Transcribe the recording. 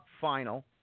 final